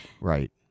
right